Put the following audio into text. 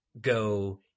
go